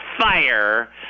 fire